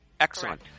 Excellent